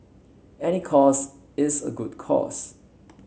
any cause is a good cause